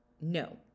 no